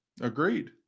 Agreed